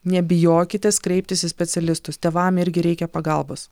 nebijokitės kreiptis į specialistus tėvam irgi reikia pagalbos